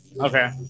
Okay